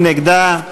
מי נגדה?